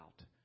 out